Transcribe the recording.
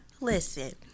listen